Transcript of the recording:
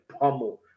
pummel